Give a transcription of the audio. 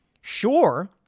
Sure